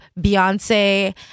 beyonce